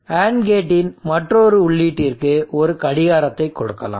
AND கேட்டின் மற்றொரு உள்ளீட்டிற்க்கு ஒரு கடிகாரத்தை கொடுக்கலாம்